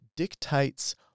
dictates